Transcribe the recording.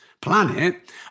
Planet